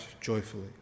joyfully